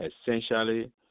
essentially